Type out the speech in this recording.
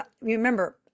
remember